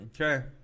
Okay